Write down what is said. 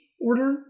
Order